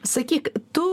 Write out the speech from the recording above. sakyk tu